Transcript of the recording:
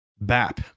Bap